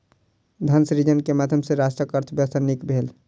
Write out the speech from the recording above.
धन सृजन के माध्यम सॅ राष्ट्रक अर्थव्यवस्था नीक भेल